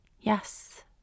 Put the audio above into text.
yes